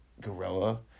gorilla